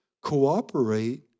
cooperate